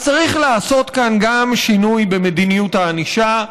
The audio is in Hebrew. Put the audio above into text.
אז צריך לעשות כאן גם שינוי במדיניות הענישה,